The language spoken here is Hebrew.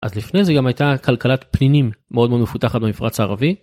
אז לפני זה גם הייתה כלכלת פנינים מאוד מאוד מפותחת במפרץ הערבי.